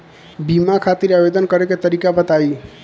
बीमा खातिर आवेदन करे के तरीका बताई?